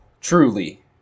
truly